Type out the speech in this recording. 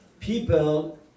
people